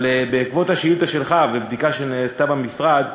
אבל בעקבות השאילתה שלך ובדיקה שנעשתה במשרד,